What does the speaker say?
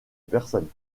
personnes